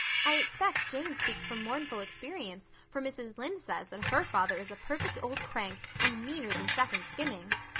i expect jane speaks from mournful experience, for mrs. lynde says that her father is a perfect old crank, and meaner than second skimmings.